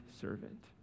servant